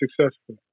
successful